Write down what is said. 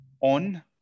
on